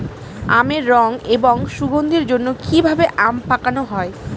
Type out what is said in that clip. আমের রং এবং সুগন্ধির জন্য কি ভাবে আম পাকানো হয়?